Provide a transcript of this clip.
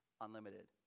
unlimited